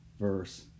verse